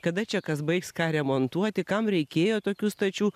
kada čia kas baigs ką remontuoti kam reikėjo tokių stačių